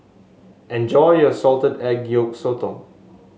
enjoy your Salted Egg Yolk Sotong